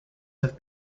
have